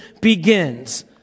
begins